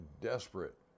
desperate